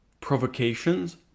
Provocations